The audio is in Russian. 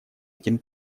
этим